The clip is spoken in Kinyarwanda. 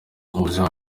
ubuzima